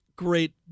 great